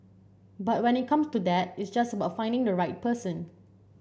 but when it comes to that it's just about finding the right person